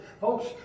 Folks